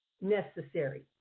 necessary